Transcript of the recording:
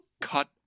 Cut